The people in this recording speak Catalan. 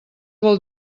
vol